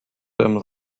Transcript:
them